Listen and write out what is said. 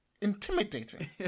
intimidating